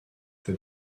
the